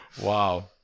Wow